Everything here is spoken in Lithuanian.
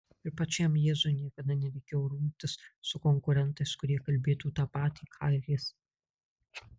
ir pačiam jėzui niekada nereikėjo rungtis su konkurentais kurie kalbėtų tą patį ką ir jis